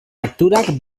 naturak